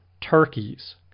turkeys